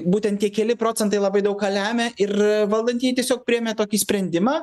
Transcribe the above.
būtent tie keli procentai labai daug ką lemia ir valdantieji tiesiog priėmė tokį sprendimą